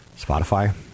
Spotify